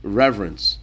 reverence